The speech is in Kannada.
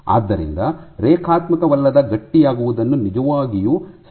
ಆದ್ದರಿಂದ ರೇಖಾತ್ಮಕವಲ್ಲದ ಗಟ್ಟಿಯಾಗುವುದನ್ನು ನಿಜವಾಗಿಯೂ ಸ್ಥಿತಿಯನ್ನು ರಕ್ಷಿಸುತ್ತದೆ